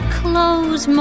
close